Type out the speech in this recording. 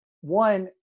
one